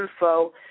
info